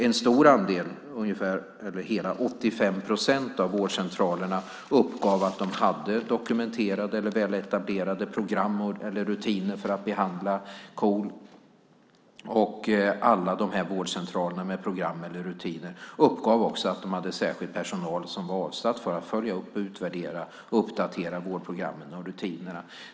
En stor andel, hela 85 procent, av vårdcentralerna uppgav att de hade dokumenterade eller väletablerade program eller rutiner för att behandla KOL. Alla de här vårdcentralerna med program eller rutiner uppgav också att de hade särskild personal avsatt för att följa upp, utvärdera och uppdatera vårdprogrammen och rutinerna.